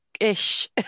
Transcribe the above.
ish